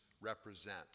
represent